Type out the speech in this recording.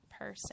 person